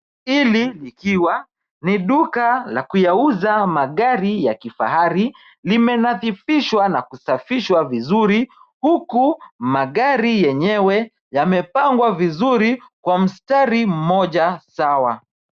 Hili likiwa ni duka ya kuyauza magari ya kifahari, limenathifishwa na kusafishwa vizuri huku magari yenyewe yamepangwa vizuri kwa mstari mmoja sawa.